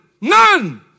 none